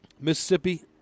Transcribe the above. Mississippi